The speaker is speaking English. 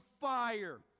fire